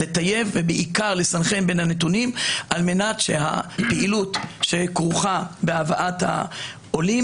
לטייב ובעיקר לסנכרן בין הנתונים על מנת שהפעילות שכרוכה בהבאת העולים